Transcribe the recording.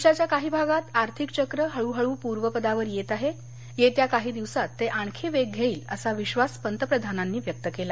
देशाच्या काही भागात आर्थिक चक्र हळूहळू पूर्वपदावर येत आहे येत्या काही दिवसात ते आणखी वेग घेईल असा विश्वास पंतप्रधानांनी व्यक्त केला